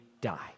die